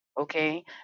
okay